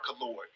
Lord